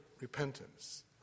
repentance